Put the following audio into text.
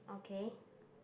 okay